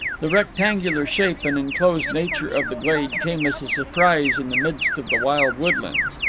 the rectangular shape and enclosed nature of the glade came as a surprise in the midst of the wild woodlands.